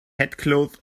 headcloth